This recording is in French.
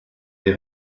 des